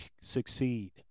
succeed